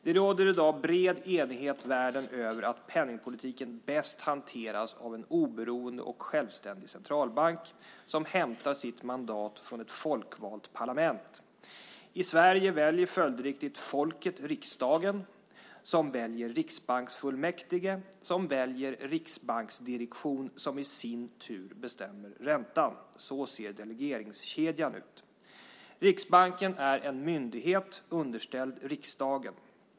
Det råder i dag bred enighet världen över om att penningpolitiken bäst hanteras av en oberoende och självständig centralbank som hämtar sitt mandat från ett folkvalt parlament. I Sverige väljer följdriktigt folket riksdagen som väljer riksbanksfullmäktige som väljer riksbanksdirektion som i sin tur bestämmer räntan. Så ser delegeringskedjan ut. Riksbanken är en myndighet underställd riksdagen.